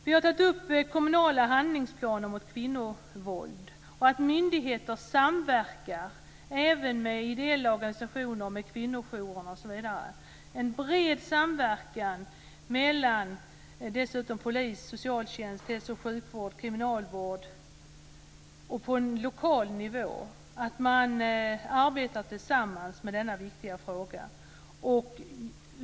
Vi har också tagit upp kommunala handlingsplaner mot kvinnovåld och att myndigheter ska samverka även med ideella organisationer, med kvinnojourer osv. - en bred samverkan mellan polis, socialtjänst, hälso och sjukvård, kriminalvård på lokal nivå. Det är viktigt att man arbetar tillsammans med denna viktiga fråga.